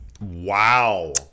Wow